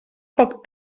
poc